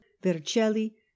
vercelli